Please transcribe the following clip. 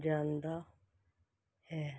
ਜਾਂਦਾ ਹੈ